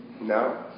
No